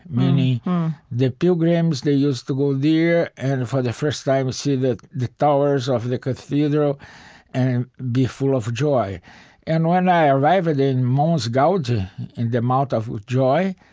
meaning the pilgrims they used to go there and, for the first time, see the the towers of the cathedral and be full of joy and when i arrived at mons gaudi, in the mount of joy,